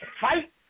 fight